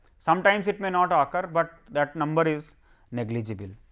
sometimes it may not ah occur, but that number is negligible